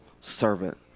servant